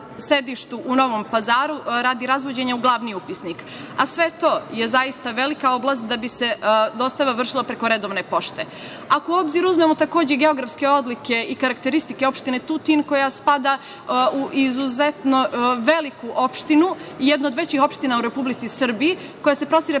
sedištu u Novom Pazaru, radi razvođenja u glavni upisnik. Sve je to zaista velika oblast da bi se dostava vršila preko redovne pošte. Ako u obzir uzmemo geografske odlike i karakteristike opštine Tutin, koja spada u izuzetno veliku opštinu, jedna od većih opština u Republici Srbiji, koja se prostire